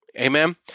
Amen